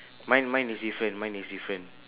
mine mine is different mine is different